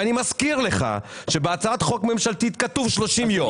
ואני מזכיר לך שבהצעת החוק הממשלתית כתוב 30 יום.